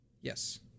Yes